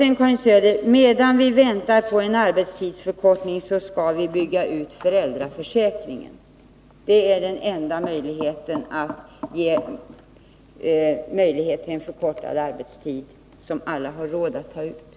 Sedan vill jag säga till Karin Söder, att medan vi väntar på en arbetstidsförkortning, skall vi bygga ut föräldraförsäkringen. Det är det enda sättet att åstadkomma möjlighet till en förkortad arbetstid som alla har råd att ta ut.